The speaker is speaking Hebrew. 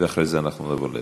ואחרי זה נעבור להצבעה.